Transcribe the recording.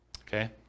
Okay